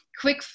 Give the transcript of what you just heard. quick